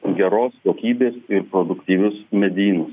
geros kokybės ir produktyvius medynus